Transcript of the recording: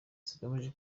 zigamije